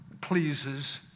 pleases